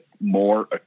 more